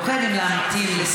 לא חייבים להמתין לסוף דבריו,